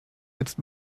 jetzt